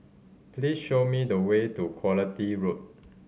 please show me the way to Quality Road